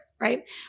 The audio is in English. right